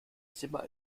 zimmer